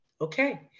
okay